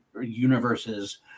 universes